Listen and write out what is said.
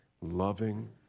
loving